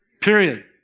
Period